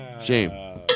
Shame